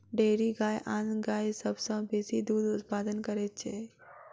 dairy गाय आन गाय सभ सॅ बेसी दूध उत्पादन करैत छै